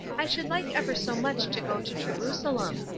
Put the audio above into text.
i should like ever so much to go to jerusalem.